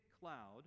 cloud